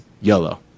yellow